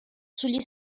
sugli